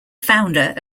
founder